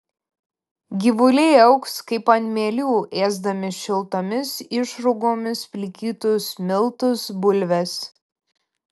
gyvuliai augs kaip ant mielių ėsdami šiltomis išrūgomis plikytus miltus bulves